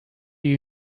you